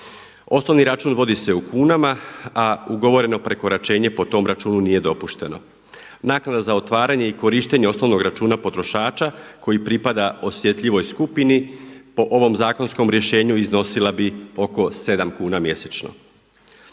Osnovni račun vodi se u kunama, a ugovoreno prekoračenje po tom računu nije dopušteno. Naknada za otvaranje i korištenje osnovnog računa potrošača koji pripada osjetljivoj skupini po ovom zakonskom rješenju iznosila bi oko 7 kuna mjesečno.